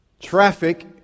Traffic